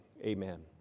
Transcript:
amen